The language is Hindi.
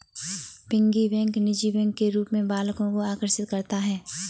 पिग्गी बैंक निजी बैंक के रूप में बालकों को आकर्षित करता है